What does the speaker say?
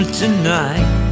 tonight